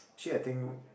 actually I think